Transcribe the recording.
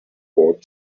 bought